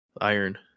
Iron